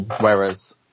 Whereas